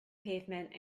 pavement